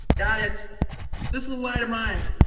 got it this little light of mine.